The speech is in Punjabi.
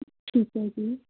ਠੀਕ ਹੈ ਜੀ